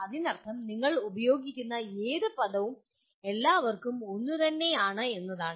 അതിനർത്ഥം നിങ്ങൾ ഉപയോഗിക്കുന്ന ഏത് പദവും എല്ലാവർക്കും ഒന്നുതന്നെയാണ് എന്നാണ്